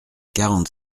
quarante